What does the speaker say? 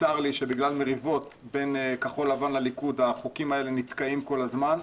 צר לי שבגלל מריבות בין כחול לבן לליכוד החוקים האלה נתקעים כל הזמן.